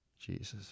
Jesus